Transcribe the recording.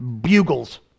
Bugles